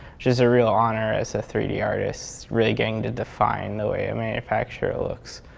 just a real honour as a three d artist, really getting to define the way a manufacturer looks.